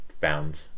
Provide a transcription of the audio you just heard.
found